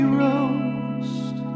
roast